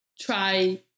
try